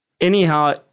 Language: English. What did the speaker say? Anyhow